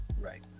Right